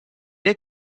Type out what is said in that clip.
est